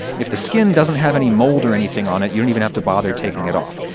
if the skin doesn't have any mold or anything on it, you don't even have to bother taking it off.